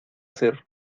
ser